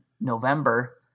November